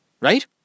Right